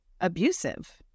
abusive